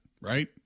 right